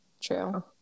True